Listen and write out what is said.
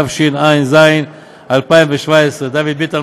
התשע"ז 2017. דוד ביטן,